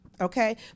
okay